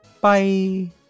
Bye